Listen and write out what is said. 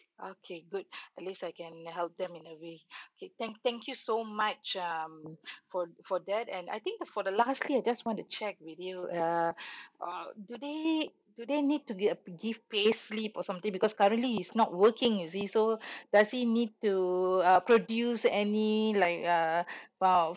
okay good at least I can help them in a way okay thank thank you so much um for for that and I think uh for the last thing I just want to check with you uh uh do they do they need to gi~ uh give pay slip or something because currently he's not working you see so does he need to uh produce any like uh file